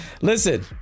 Listen